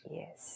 yes